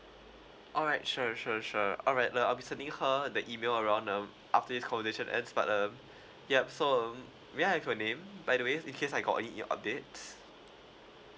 alright sure sure sure alright uh I'll be sending her the email around uh after this conversation ends but uh yup so um may I have your name by the way in case I got any new updates